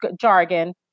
jargon